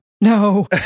no